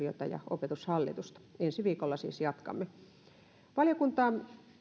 opetushallitusta ensi viikolla siis jatkamme valiokunta